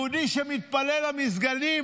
יהודי שמתפלל למסגדים?